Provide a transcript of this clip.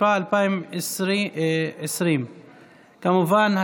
התשפ"א 2020. כמובן,